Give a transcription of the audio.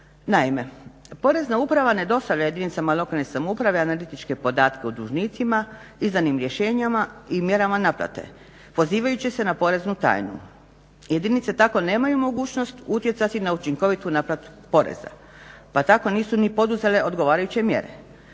Naime, Porezna uprava ne dostavlja jedinicama lokalne samouprave analitičke podatke o dužnicima, izdanim rješenjima i mjerama naplate pozivajući se na poreznu tajnu. Jedinice tako nemaju mogućnost utjecati na učinkovitu naplatu poreza pa tako nisu ni poduzele odgovarajuće mjere.